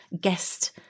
guest